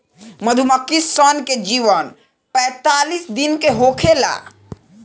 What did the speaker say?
मधुमक्खी सन के जीवन पैतालीस दिन के होखेला